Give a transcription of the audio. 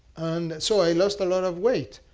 and so i lost a lot of weight.